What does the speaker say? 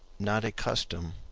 not a custom,